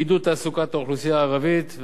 עידוד תעסוקת האוכלוסייה הערבית,